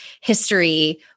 history